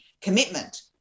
commitment